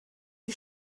die